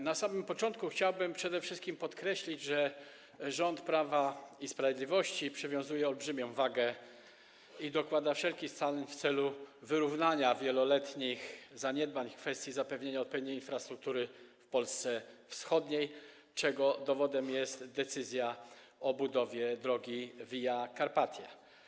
Na samym początku chciałbym przede wszystkim podkreślić, że rząd Prawa i Sprawiedliwości przywiązuje do tego olbrzymią wagę i dokłada wszelkich starań w celu wyrównania wieloletnich zaniedbań w kwestii zapewnienia odpowiedniej infrastruktury w Polsce Wschodniej, czego dowodem jest decyzja o budowie drogi Via Carpatia.